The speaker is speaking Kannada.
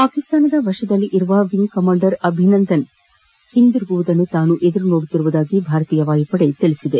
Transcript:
ಪಾಕಿಸ್ತಾನದ ವಶದಲ್ಲಿರುವ ವಿಂಗ್ ಕಮಾಂಡರ್ ಅಭಿನಂದನ್ ಹಿಂದಿರುಗುವುದನ್ನು ತಾನು ಎದಿರು ನೋಡುತ್ತಿರುವುದಾಗಿ ಭಾರತೀಯ ವಾಯುಪಡೆ ತಿಳಿಸಿದೆ